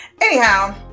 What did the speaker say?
anyhow